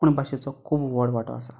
कोंकणी भाशेचो खूब व्हड वांटो आसा